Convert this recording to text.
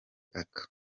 aka